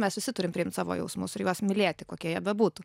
mes visi turim priimti savo jausmus ir juos mylėti kokie jie bebūtų